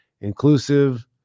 inclusive